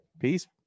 Peace